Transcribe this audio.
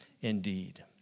indeed